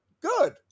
Good